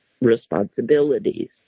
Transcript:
Responsibilities